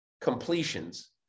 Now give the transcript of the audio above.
completions